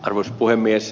arvoisa puhemies